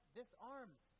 disarms